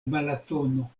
balatono